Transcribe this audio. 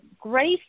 Grace